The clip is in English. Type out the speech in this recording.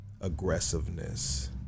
aggressiveness